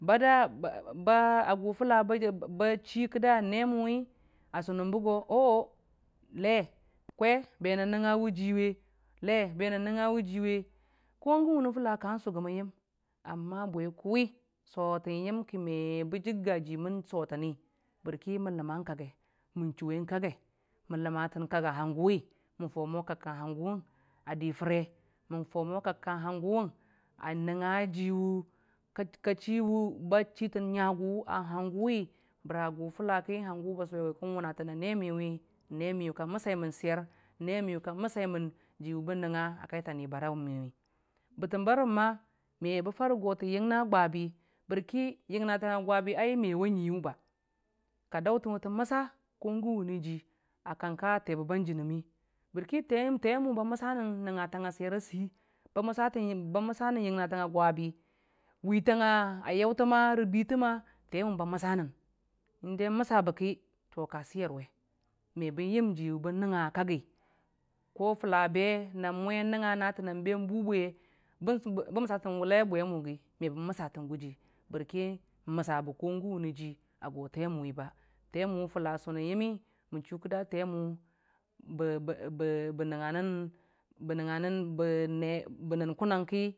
Bada baba a gʊ fʊta ba chi kida nemu li a sʊnʊnbe go oo le kwe be nan nəngnga wʊ le kwe be nan nəngnga wʊ jiwe gən wʊne fʊla kaan sʊgʊm yənm amma bwe kʊwi sotən bagi yəm ki mebə jəgga ji mən sotəna bərki mən ləmang kage mən fan mo yəngnga kak a hangʊwi mən faas mo kak a di fʊre mən fau mo kak ka hanjimən a chi ngagu mən tau mo a gʊ fʊla ki hangu a sʊwe go ne'engu mən fau mo a gʊ fʊla ki hangu a sʊwe go ne'engu ka məsa tən. Swer a hangʊwi ba sʊwe go ne miyʊ ka məsai mən swer nəmiyʊ ka məsaimən ji bən yəgi nəngnga a kaita nibari a miyʊwi, bətəm barəm ma mebə fare go tə yəngna gwabi bərki yəngnatang a gwabi bərki yəngnatang a gwabi me wa nyuiye a dautənwe tə məsa gən wʊne ji a kanka te bəba jənəmi bərki temu ba məsanən nəngngnatang a swer a sei masa tən ba məsa nən yəngnatang a gwabi kwitang a yaute ma rə bite ma temu ba məsa nən indai məsa be ki ka swer we mebən yəm jii bən nəngnga a kakgi ku fula be nən nən nəngnga nae nən bʊ bwe bən məsatən wʊlai a bwe mʊ məsatənbe gʊji bərki fʊla sʊnan yəmmi bə chʊ kida temu bən bbb bə nəngnga bebe bə nən kʊnangki.